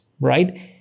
right